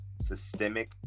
systemic